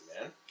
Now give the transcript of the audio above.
man